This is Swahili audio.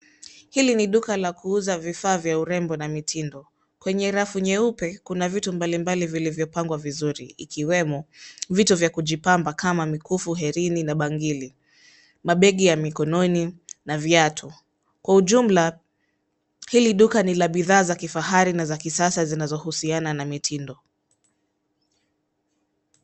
Hili ni duka la kuuza vifaa vya urembo na mitindo. Kwenye rafu nyeupe kuna vitu mbalimbali vilivyopangwa vizuri ikiwemo vitu vya kujipamva kama mikufu, herini na bangili, mabegi ya mikononi na viatu. Kwa ujumla hili duka ni la bidhaa za kifahari na kisasa zinazohusiana na mitindo.